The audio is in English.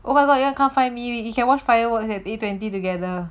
oh my god you want come find me you can watch fireworks at eight twenty together